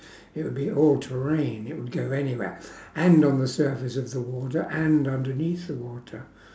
it would be all terrain it would go anywhere and on the surface of the water and underneath the water